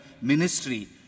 ministry